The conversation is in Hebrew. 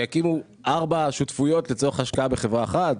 שיקימו ארבע שותפויות לצורך השקעה בחברה אחת?